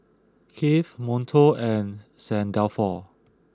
Kiehl's Monto and Saint Dalfour